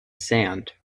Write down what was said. sand